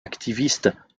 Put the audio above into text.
activistes